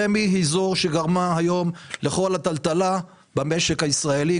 רמ"י היא שגרמה היום לכל הטלטלה במשק הישראלי,